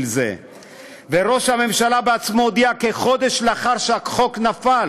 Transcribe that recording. זה וראש הממשלה בעצמו הודיע כחודש לאחר שהחוק נפל